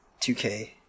2k